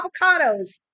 avocados